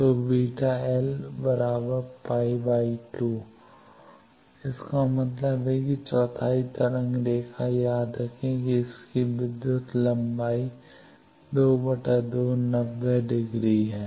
तो βl π 2 इसका मतलब है कि चौथाई तरंग रेखा याद रखें कि इसकी विद्युत लंबाई 22 90 डिग्री है